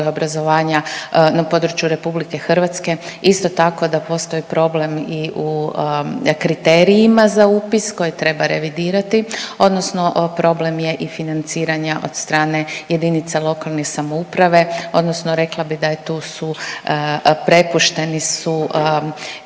i obrazovanja na području Republike Hrvatske. Isto tako da postoji problem i u kriterijima za upis koje treba revidirati, odnosno problem je i financiranja od strane jedinica lokalne samouprave, odnosno rekla bih da tu su, prepušteni su